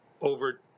over